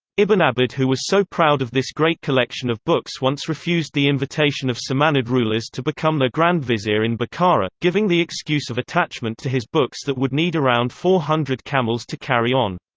ibn abbad who was so proud of this great collection of books once refused the invitation of samanid rulers to become their grand vizier in bukhara, giving the excuse of attachment to his books that would need around four hundred camels to carry on.